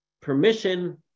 permission